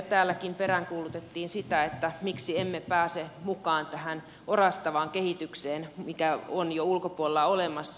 täälläkin peräänkuulutettiin sitä että miksi emme pääse mukaan tähän orastavaan kehitykseen mikä on jo ulkopuolella olemassa